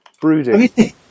Brooding